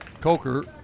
Coker